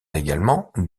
également